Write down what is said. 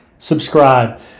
subscribe